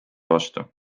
vastu